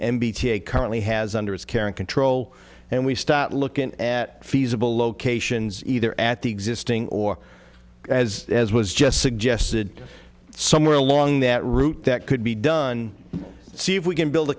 t currently has under his care and control and we start looking at feasible locations either at the existing or as as was just suggested somewhere along that route that could be done see if we can build a